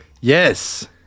Yes